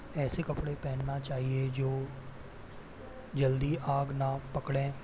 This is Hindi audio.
ऐसे कपड़े पहनना चाहिए जो जल्दी आग ना पकड़ें